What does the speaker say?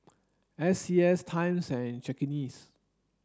S C S Times and Cakenis